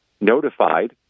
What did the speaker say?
notified